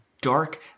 dark